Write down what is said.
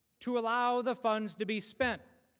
to allow the funds to be spent.